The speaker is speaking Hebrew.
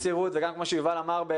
וגם כמו שיובל אמר בהלצה,